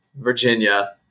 virginia